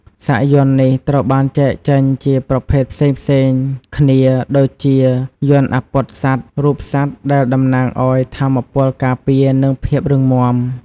សាកយ័ន្តនេះត្រូវបានចែកចេញជាប្រភេទផ្សេងៗគ្នាដូចជាយ័ន្តអាព័ទ្ធសត្វ រូបសត្វដែលតំណាងឲ្យថាមពលការពារ និងភាពរឹងមាំ។